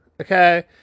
Okay